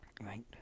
right